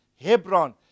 Hebron